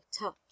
touch